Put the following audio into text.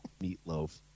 Meatloaf